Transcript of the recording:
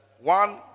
One